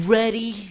ready